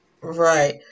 Right